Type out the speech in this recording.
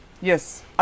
Yes